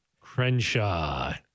Crenshaw